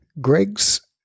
Greg's